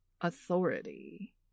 authority